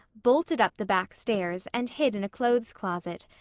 bolted up the back stairs, and hid in a clothes closet,